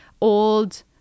old